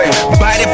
Body